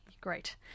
Great